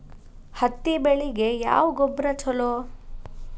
ಹತ್ತಿ ಬೆಳಿಗ ಯಾವ ಗೊಬ್ಬರ ಛಲೋ?